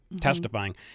testifying